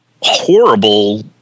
horrible